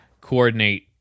coordinate